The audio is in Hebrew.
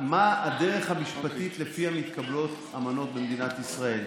1. אמרתי מה הדרך המשפטית שלפיה מתקבלות אמנות במדינת ישראל.